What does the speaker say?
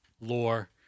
lore